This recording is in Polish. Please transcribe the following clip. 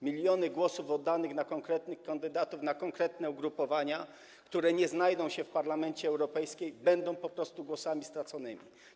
Miliony głosów oddanych na konkretnych kandydatów, na konkretne ugrupowania, które nie znajdą się w Parlamencie Europejskim, będą po prostu głosami straconymi.